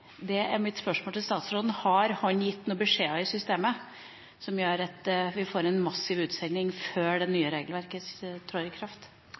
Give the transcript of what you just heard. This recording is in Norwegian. om. Så mitt spørsmål til statsråden er: Har han gitt noen beskjeder i systemet som gjør at vi får en massiv utsending før det nye regelverket trer i kraft?